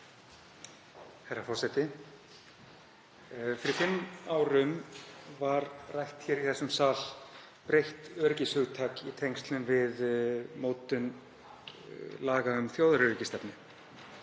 Herra forseti. Fyrir fimm árum var rætt hér í þessum sal breytt öryggishugtak í tengslum við mótun laga um þjóðaröryggisstefnu.